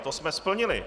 To jsme splnili.